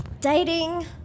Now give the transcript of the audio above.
Dating